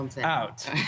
out